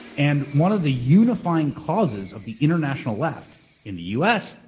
and one of the unifying causes of the international left in the u. s,